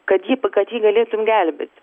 kad jį pa kad jį galėtum gelbėt